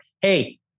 hey